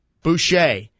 Boucher